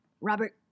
Robert